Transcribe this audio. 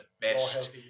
best